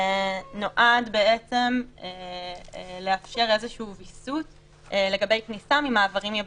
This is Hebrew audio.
נועד לאפשר ויסות לגבי כניסה דרך מעברים יבשתיים.